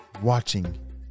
watching